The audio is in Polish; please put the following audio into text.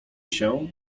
się